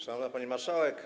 Szanowna Pani Marszałek!